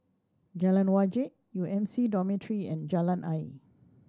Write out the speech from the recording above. Jalan Wajek U M C Dormitory and Jalan Ayer